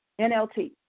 NLT